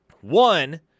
One